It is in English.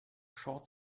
short